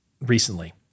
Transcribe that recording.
recently